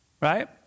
Right